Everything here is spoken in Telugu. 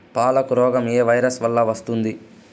పాలకు రోగం ఏ వైరస్ వల్ల వస్తుంది?